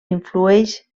influeix